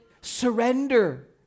Surrender